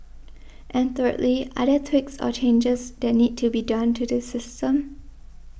and thirdly are there tweaks or changes that need to be done to the system